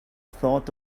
thought